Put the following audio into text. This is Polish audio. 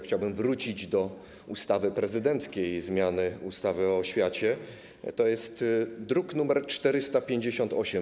Chciałbym wrócić do ustawy prezydenckiej, zmiany ustawy o oświacie, to jest druk nr 458.